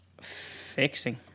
fixing